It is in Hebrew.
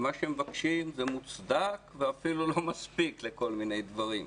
מה שמבקשים זה מוצדק ואפילו לא מספיק לכל מיני דברים.